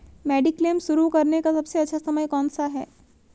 Mediclaim शुरू करने का सबसे अच्छा समय कौनसा है?